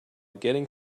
getting